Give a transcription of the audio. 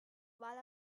while